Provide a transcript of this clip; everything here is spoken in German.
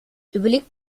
überlegt